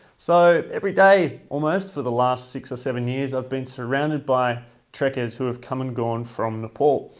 so every day, almost, for the last six or seven years, i've been surround by trekkers who have come and gone from nepal.